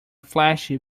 flashy